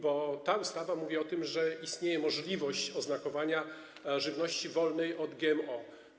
Bo ta ustawa mówi o tym, że istnieje możliwość oznakowania żywności wolnej od GMO.